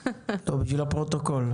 צהריים טובים.